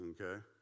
okay